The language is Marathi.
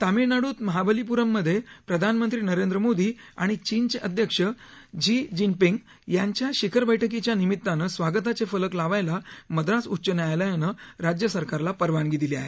तमिळनाडूत महाबलीपूरममधे प्रधानमंत्री नरेंद्र मोदी आणि चीनचे अध्यक्ष झी जिनपिंग यांच्या शिखर बैठकीच्या निमितानं स्वागताचे फलक लावायला मद्रास उच्च न्यायालयानं राज्यसरकारला परवानगी दिली आहे